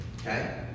Okay